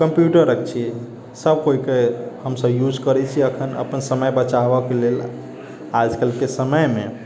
computer अछि सभ केओके हम सभ यूज करैत छी अखन समय बचाबैके लेल आज कलके समयमे